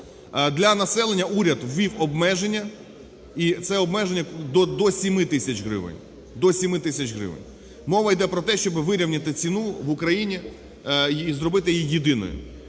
це обмеження до 7 тисяч гривень, до 7 тисяч гривень. Мова йде про те, щоби вирівняти ціну в Україні і зробити її єдиною.